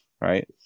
Right